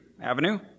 Avenue